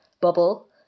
bubble